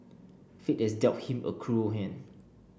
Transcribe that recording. fate has dealt him a cruel hand